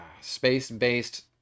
space-based